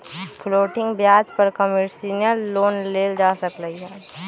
floating ब्याज पर commercial loan लेल जा सकलई ह